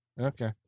okay